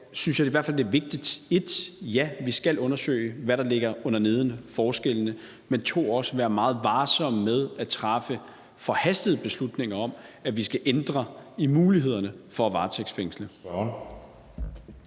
at det i hvert fald er vigtigt, at vi for det første skal undersøge, hvad der ligger underneden, forskellene, og for det andet skal vi også være meget varsomme med at træffe forhastede beslutninger om, at vi skal ændre i mulighederne for at varetægtsfængsle.